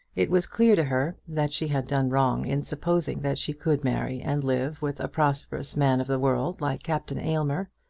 it was clear to her that she had done wrong in supposing that she could marry and live with a prosperous man of the world like captain aylmer.